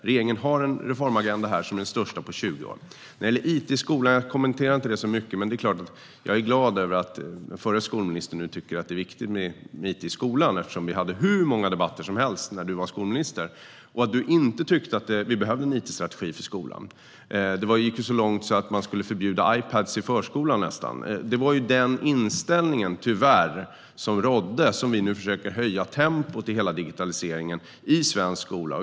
Regeringen har här en reformagenda som är den största på 20 år. Sedan gäller det it i skolan. Jag kommenterar inte det så mycket. Men det är klart att jag är glad över att den förre skolministern nu tycker att det är viktigt med it i skolan, eftersom vi hade hur många debatter som helst när han var skolminister och han inte tyckte att vi behövde en it-strategi för skolan. Det gick nästan så långt att man skulle förbjuda Ipadar i förskolan. Det var tyvärr den inställning som rådde. Nu försöker vi höja tempot i hela digitaliseringen i svensk skola.